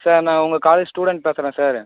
sir நான் உங்கள் college student பேசுகிறேன் சார்